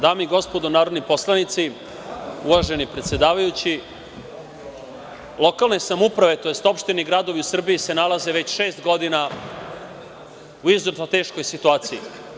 Dame i gospodo narodni poslanici, uvaženi predsedavajući, lokalne samouprave tj. opštine i gradovi u Srbiji se nalaze već šest godina u izuzetno teškoj situaciji.